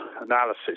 analysis